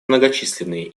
многочисленные